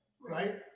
right